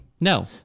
No